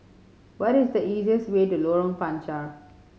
what is the easiest way to Lorong Panchar